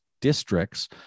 districts